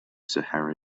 sahara